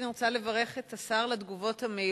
אני רוצה לברך את השר על התגובות המהירות,